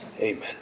Amen